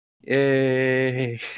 yay